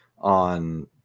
on